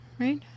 Right